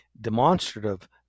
demonstrative